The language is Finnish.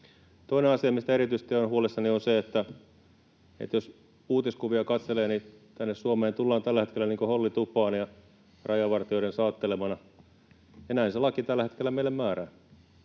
Toinen asia, mistä erityisesti olen huolissani, on se, että jos uutiskuvia katselee, niin tänne Suomeen tullaan tällä hetkellä niin kuin hollitupaan ja rajavartijoiden saattelemana, ja näin se laki tällä hetkellä meillä määrää.